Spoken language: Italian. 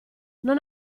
non